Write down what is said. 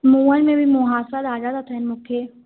मुंहंनि में बि मुहासा ॾाढा त थियनि मूंखे